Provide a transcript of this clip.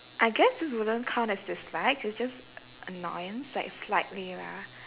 I guess this wouldn't count as dislike it's just a~ a~ annoyance like slightly lah